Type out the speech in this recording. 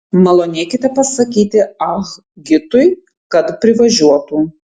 malonėkite pasakyti ah gitui kad privažiuotų